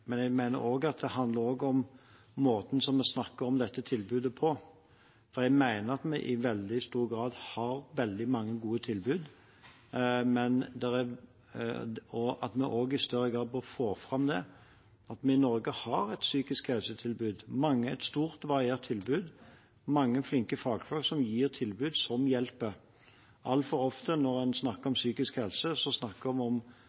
Men jeg mener at det også handler om måten vi snakker om dette tilbudet på, for jeg mener at vi i veldig stor grad har veldig mange gode tilbud, og at vi i større grad bør få fram at vi i Norge har et psykisk helsetilbud, et stort og variert tilbud og mange flinke fagfolk som gir tilbud som hjelper. Altfor ofte når en snakker om psykisk helse, snakker en bare om det som er vanskelig, det som ikke fungerer, om